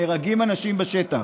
נהרגים אנשים בשטח,